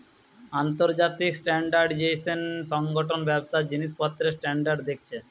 আন্তর্জাতিক স্ট্যান্ডার্ডাইজেশন সংগঠন ব্যবসার জিনিসপত্রের স্ট্যান্ডার্ড দেখছে